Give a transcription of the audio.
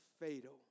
fatal